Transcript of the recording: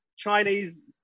Chinese